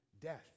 death